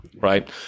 right